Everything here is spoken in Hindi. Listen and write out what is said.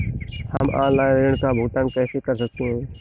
हम ऑनलाइन ऋण का भुगतान कैसे कर सकते हैं?